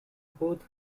both